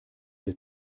der